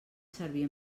servir